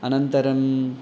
अनन्तरम्